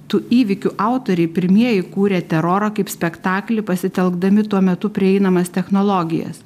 tų įvykių autoriai pirmieji kūrė terorą kaip spektaklį pasitelkdami tuo metu prieinamas technologijas